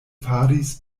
faris